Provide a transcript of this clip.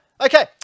Okay